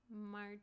March